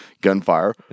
Gunfire